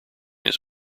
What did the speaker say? his